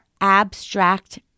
abstract